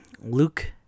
Luke